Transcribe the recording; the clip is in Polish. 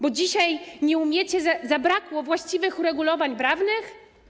Bo dzisiaj nie umiecie, zabrakło właściwych uregulowań prawnych?